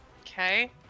okay